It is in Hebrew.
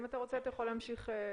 אם אתה רוצה, אתה יכול להמשיך בינתיים.